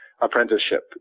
apprenticeship